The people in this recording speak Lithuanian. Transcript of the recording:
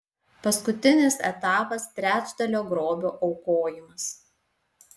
paskutinis etapas trečdalio grobio aukojimas